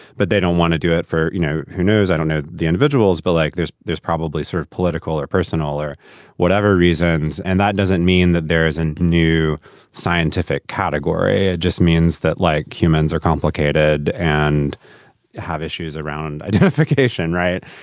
but they don't want to do it for, you know, who knows? i don't know the individuals. but like there's there's probably sort of political or personal or whatever reasons. and that doesn't mean that there is a and new scientific category. it just means that like humans are complicated and have issues around identification. right.